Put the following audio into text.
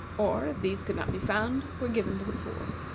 or, if these could not be found, were given to the poor.